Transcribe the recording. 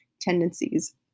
tendencies